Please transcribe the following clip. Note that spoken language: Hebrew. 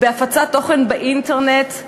בהפצת תוכן באינטרנט,